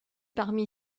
parmi